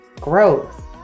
growth